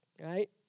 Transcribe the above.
right